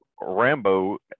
Rambo